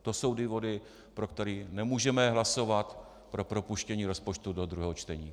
To jsou důvody, pro které nemůžeme hlasovat pro propuštění rozpočtu do druhého čtení.